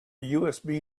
usb